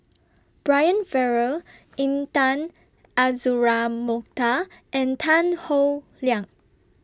Brian Farrell Intan Azura Mokhtar and Tan Howe Liang